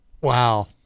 wow